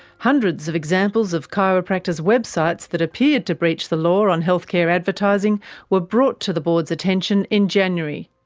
hundreds of examples of chiropractors' websites that appeared to breach the law on healthcare advertising were brought to the board's attention in january.